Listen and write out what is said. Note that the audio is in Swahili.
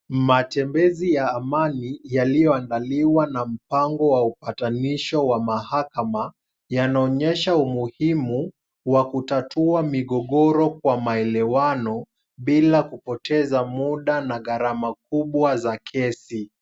Matembezi ya amani yaliyoandaliwa na mpango wa upatanisho wa mahakama, yanaonyesha umuhimu wa kutatua migogoro kwa maelewano bila kupoteza muda na gharama kubwa za kesi.